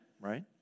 right